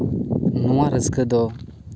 ᱱᱚᱣᱟ ᱨᱟᱹᱥᱠᱟᱹ ᱫᱚ